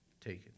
taken